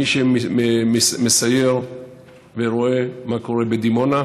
מי שמסייר ורואה מה קורה בדימונה,